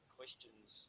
questions